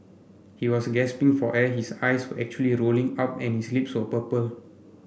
he was gasping for air his eyes were actually rolling up and his lips were purple